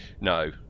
No